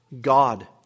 God